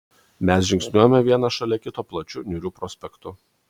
mes žingsniuojame vienas šalia kito plačiu niūriu prospektu